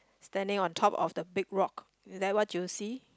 standing on top of the big rock there what do you see